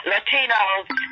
Latinos